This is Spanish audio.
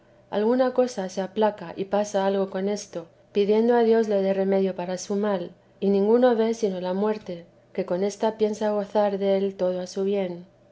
alguna cosa se aplaca y pasa algo con esto pidiendo a dios le dé remedio para su mal y ninguno ve sino la muerte que con ésta piensa gozar del todo a su bien